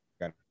got